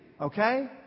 Okay